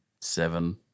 Seven